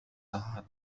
ساعات